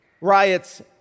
riots